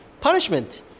punishment